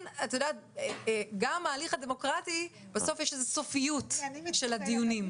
גם ההליך הדמוקרטי בסוף יש לו איזה סופיות של הדיונים.